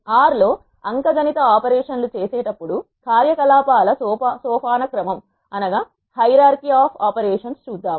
R లో అంక గణిత ఆపరేషన్ లు చేసేటప్పుడు కార్యకలాపాల సోపానక్రమం చూద్దాం